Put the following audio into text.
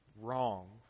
wrong